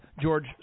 George